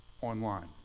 online